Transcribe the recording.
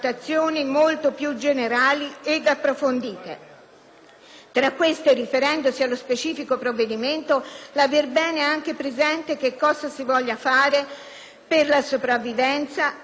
valutazioni, riferendosi allo specifico provvedimento, rientra anche l'aver ben presente cosa si voglia fare per la sopravvivenza e la qualità della vita dei piccoli insediamenti urbani.